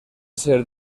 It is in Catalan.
ser